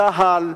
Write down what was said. צה"ל,